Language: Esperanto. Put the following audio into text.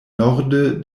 norde